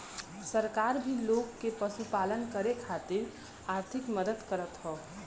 सरकार भी लोग के पशुपालन करे खातिर आर्थिक मदद करत हौ